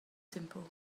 simple